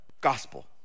Gospel